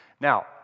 Now